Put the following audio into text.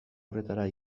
horretara